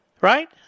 Right